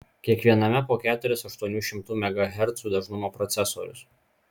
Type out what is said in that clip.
kiekviename po keturis aštuonių šimtų megahercų dažnumo procesorius